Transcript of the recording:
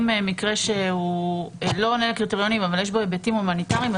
מקרה שלא עונה לקריטריונים אבל יש בו היבטים הומניטריים.